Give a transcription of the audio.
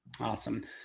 Awesome